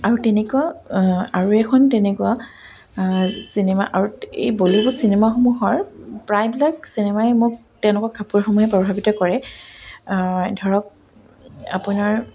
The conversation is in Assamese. আৰু তেনেকুৱা আৰু এখন তেনেকুৱা চিনেমা আৰু এই বলিউড চিনেমাসমূহৰ প্ৰায়বিলাক চিনেমাই মোক তেনেকুৱা কাপোৰসমূহে প্ৰভাৱিত কৰে ধৰক আপোনাৰ